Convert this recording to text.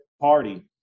party